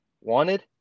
wanted